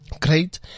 Great